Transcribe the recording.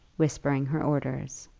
whispering her orders.